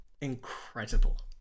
incredible